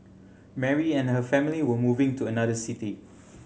Mary and her family were moving to another city